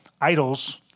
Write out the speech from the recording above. idols